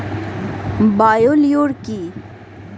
Bio লিওর কি?